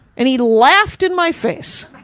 and he laughed in my face.